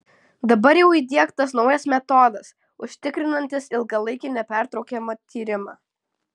dabar jau įdiegtas naujas metodas užtikrinantis ilgalaikį nepertraukiamą tyrimą